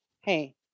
Hey